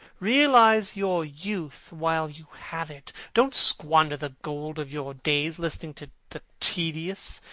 realize your youth while you have it. don't squander the gold of your days, listening to the tedious,